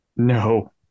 No